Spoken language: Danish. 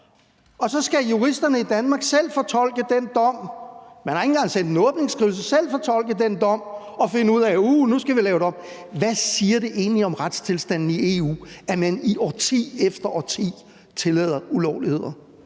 og så skal juristerne i Danmark selv fortolke den dom – man har ikke engang sendt en åbningsskrivelse – og finde ud af, at uh, nu skal vi lave det om. Hvad siger det egentlig om retstilstanden i EU, at man årti efter årti tillader ulovligheder?